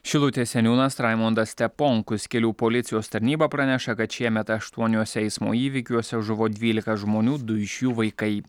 šilutės seniūnas raimondas steponkus kelių policijos tarnyba praneša kad šiemet aštuoniuose eismo įvykiuose žuvo dvylika žmonių du iš jų vaikai